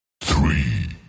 three